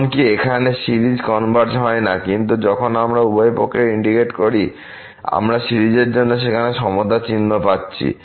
এমনকি এখানে series converge হয় না কিন্তু যখন আমরা উভয় পক্ষের ইন্টিগ্রেট করি আমরা সিরিজের জন্য সেখানে সমতা চিহ্ন পাচ্ছি